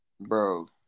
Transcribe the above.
Bro